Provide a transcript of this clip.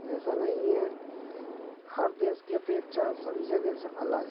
ऐसा नहीं है हर देश की अपेक्षा सभी जगह से अलग है